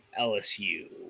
LSU